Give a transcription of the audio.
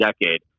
decade